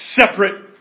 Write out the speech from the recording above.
separate